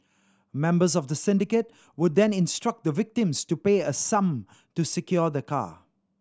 members of the syndicate would then instruct the victims to pay a sum to secure the car